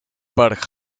park